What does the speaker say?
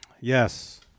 Yes